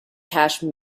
cache